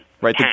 Right